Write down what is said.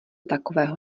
takového